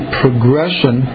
progression